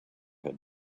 had